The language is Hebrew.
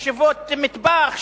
ישיבות מטבח,